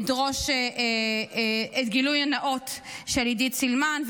אדרוש גילוי נאות של עידית סילמן,